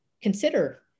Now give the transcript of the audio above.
consider